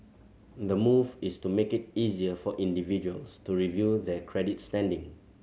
the move is to make it easier for individuals to review their credit standing